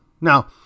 Now